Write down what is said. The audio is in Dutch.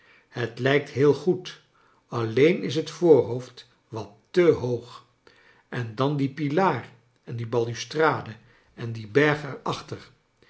het lijkt heel goed alleen is het voorhoofd wat te hoog en dan dien pilaar en die balustrade en dien berg